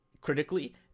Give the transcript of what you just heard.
critically